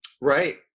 Right